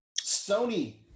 Sony